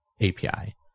API